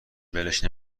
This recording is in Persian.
ولش